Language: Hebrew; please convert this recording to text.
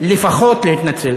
לפחות להתנצל.